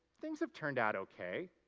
things have turned out okay.